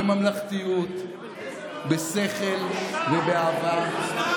בממלכתיות, בשכל ובאהבה.